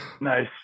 Nice